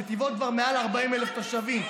נתיבות כבר מעל 40,000 תושבים.